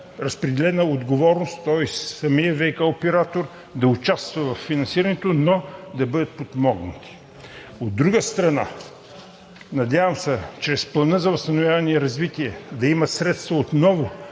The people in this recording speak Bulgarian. разпределена отговорност, тоест самият ВиК оператор да участва във финансирането, но да бъдат подпомогнати. Надявам се чрез Плана за възстановяване и развитие да има средства отново